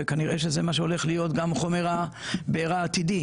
וכנראה שזה מה שהולך להיות חומר הבערה העתידי.